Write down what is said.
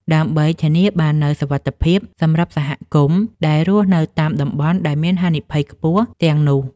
ដើម្បីធានាបាននូវសុវត្ថិភាពសម្រាប់សហគមន៍ដែលរស់នៅតាមតំបន់ដែលមានហានិភ័យខ្ពស់ទាំងនោះ។